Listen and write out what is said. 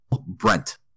Brent